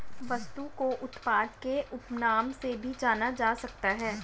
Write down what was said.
वस्तु को उत्पाद के उपनाम से भी जाना जा सकता है